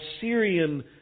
Syrian